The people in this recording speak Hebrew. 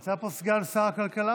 נמצא פה סגן שרת הכלכלה